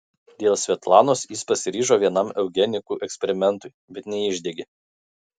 dėl svetlanos jis pasiryžo vienam eugenikų eksperimentui bet neišdegė